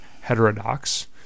heterodox